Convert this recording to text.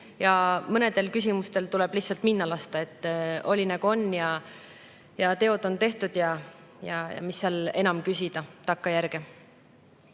ja mõnel küsimusel tuleb lihtsalt minna lasta. Oli nagu oli, teod on tehtud ja mis seal enam küsida takkajärgi.